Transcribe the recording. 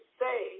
say